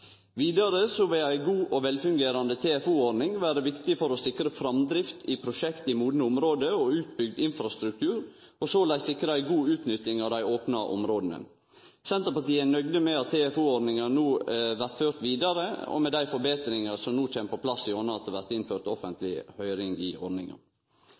vil ei god og velfungerande TFO-ordning vere viktig for å sikre framdrift i prosjekt i modne område og utbygd infrastruktur og såleis sikre ei god utnytting av dei opna områda. Senterpartiet er nøgd med at TFO-ordninga no blir ført vidare, og med dei forbetringane som no kjem på plass gjennom at det blir innført offentleg høyring om ordninga.